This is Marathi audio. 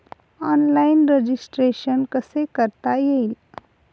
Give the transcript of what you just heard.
ऑनलाईन रजिस्ट्रेशन कसे करता येईल?